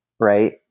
right